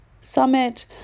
summit